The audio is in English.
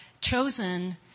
chosen